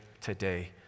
today